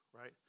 right